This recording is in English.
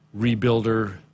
rebuilder